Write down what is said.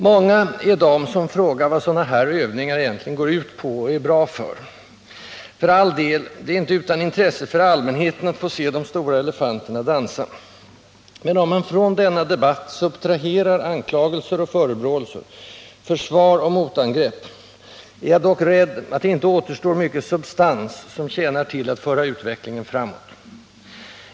Många är de som frågar vad sådana här övningar egentligen går ut på och är bra för. För all del, det är väl inte utan intresse för allmänheten att få se de stora elefanterna dansa. Men om man från denna debatt subtraherar anklagelser och förebråelser, försvar och motangrepp, är jag dock rädd att det inte återstår mycket substans, som tjänar till att föra utvecklingen framåt.